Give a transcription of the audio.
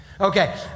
Okay